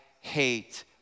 hate